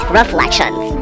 Reflections